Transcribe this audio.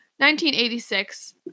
1986